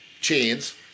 chains